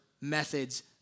methods